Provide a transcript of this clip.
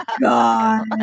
God